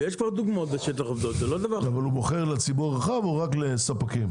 ושי פה עוד דוגמאות --- אבל הוא מוכר לציבור הרחב או רק לספקים?